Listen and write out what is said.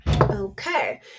Okay